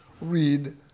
read